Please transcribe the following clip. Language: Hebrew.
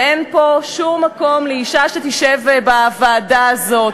ואין פה שום מקום לאישה בוועדה הזאת.